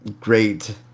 great